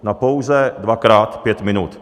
Na pouze dvakrát pět minut!